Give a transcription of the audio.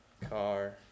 car